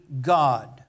God